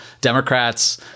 Democrats